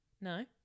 No